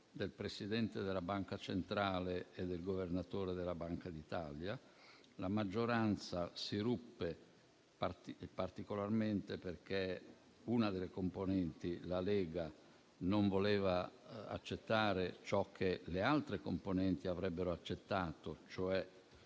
del Presidente della Banca centrale e del Governatore della Banca d'Italia. La maggioranza si ruppe in particolare perché una delle componenti, la Lega, non voleva accettare ciò che le altre avrebbero accettato, e cioè